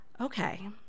Okay